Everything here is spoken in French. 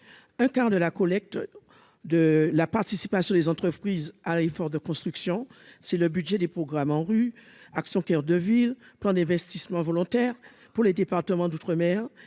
un quart de la collecte de la participation des entreprises à l'effort de construction, c'est le budget des programmes ANRU Action coeur de ville, plan d'investissement volontaire pour les départements d'outre-mer